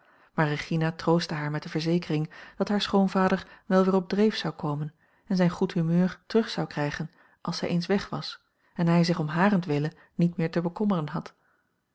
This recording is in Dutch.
maar regina troostte haar met de verzekering dat haar a l g bosboom-toussaint langs een omweg schoonvader wel weer op dreef zou komen en zijn goed humeur terug zou krijgen als zij eens weg was en hij zich om harentwille niet meer te bekommeren had